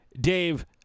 Dave